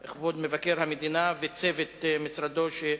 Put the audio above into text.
כבוד מבקר המדינה, ואת צוות משרדו,